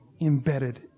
embedded